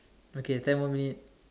okay ten more minutes